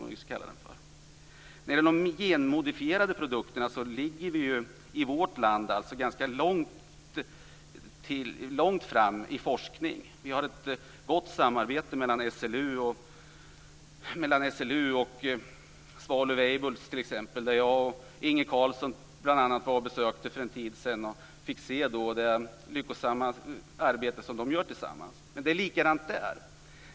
När det gäller de genmodifierade produkterna ligger vi i vårt land ganska långt fram i forskningen. Vi har ett gott samarbete mellan SLU och Svalöv Weibull t.ex. som jag och Inge Carlsson besökte för en tid sedan och fick se det lyckosamma arbete som de gör tillsammans. Men det är likadant där.